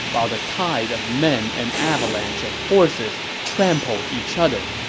while the tide of men and avalanche of horses trampled each other